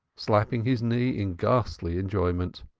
slapping his knee in ghastly enjoyment.